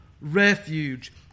refuge